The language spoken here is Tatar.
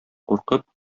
куркып